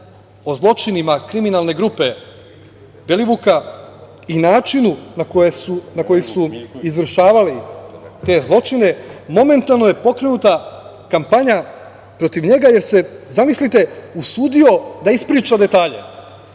o zločinima kriminalne grupe Belivuka i načinu na koji su izvršavali te zločine, momentalno je pokrenuta kampanja protiv njega, jer se, zamislite, usudio da ispriča detalje.